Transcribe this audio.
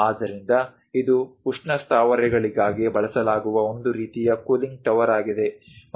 ಆದ್ದರಿಂದ ಇದು ಉಷ್ಣ ಸ್ಥಾವರಗಳಿಗೆ ಬಳಸಲಾಗುವ ಒಂದು ರೀತಿಯ ಕೂಲಿಂಗ್ ಟವರ್ ಆಗಿದೆ